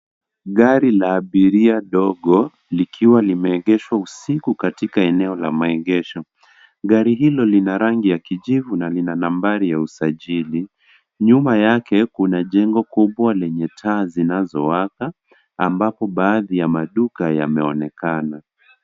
Gari la abiria ndogo likiwa limeegheshwa usiku katika eneo la maeghesho gari hilo lina rangi ya kijivu na lina nambari ya usajili, nyuma yake kuna jengo kubwa lenye taa zinazowaka ambapo baadhi ya maduka yameonekana.